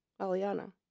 Aliana